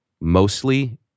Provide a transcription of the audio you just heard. mostly